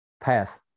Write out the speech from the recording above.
path